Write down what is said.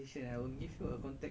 mmhmm